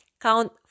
Count